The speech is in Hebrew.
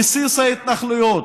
ביסוס ההתנחלויות,